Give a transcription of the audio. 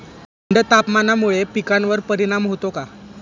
थंड तापमानामुळे पिकांवर परिणाम होतो का?